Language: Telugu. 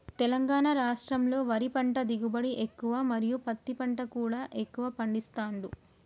తెలంగాణ రాష్టంలో వరి పంట దిగుబడి ఎక్కువ మరియు పత్తి పంట కూడా ఎక్కువ పండిస్తాండ్లు